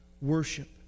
worship